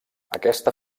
aquesta